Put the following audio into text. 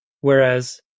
whereas